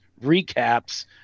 recaps